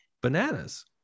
bananas